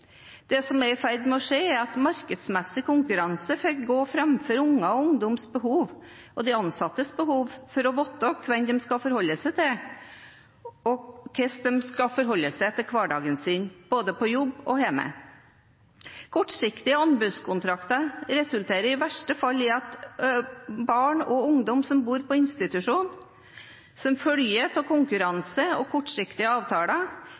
Det som er i ferd med å skje, er at markedsmessig konkurranse får gå foran barn og ungdoms behov og de ansattes behov for å vite hvem de skal forholde seg til, og hvordan de skal forholde seg til hverdagen sin både på jobb og hjemme. Kortsiktige anbudskontrakter resulterer i verste fall i at barn og ungdom som bor på institusjon, som følge av konkurranse og kortsiktige avtaler